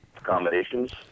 accommodations